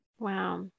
Wow